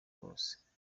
bose